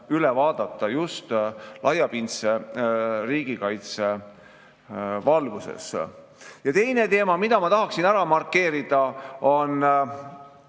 üle vaadata just laiapindse riigikaitse valguses. Teine teema, mille ma tahaksin ära markeerida, on